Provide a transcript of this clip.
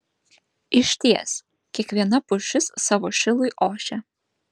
išties kiekviena pušis savo šilui ošia